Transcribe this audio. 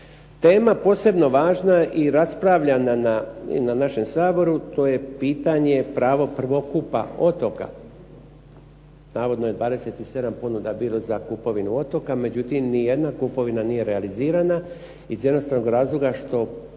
Tema posebno važna i raspravljana na našem Saboru, to je pitanje pravo prvokupa otoka. Navodno je 27 ponuda bilo za kupovinu otoka, međutim nijedna kupovina nije realizirana iz jednostavnog razloga što